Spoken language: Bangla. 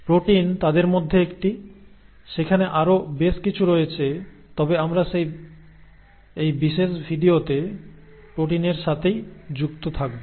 প্রোটিন তাদের মধ্যে একটি সেখানে আরো বেশ কিছু রয়েছে তবে আমরা এই বিশেষ ভিডিওতে প্রোটিনের সাথেই যুক্ত থাকব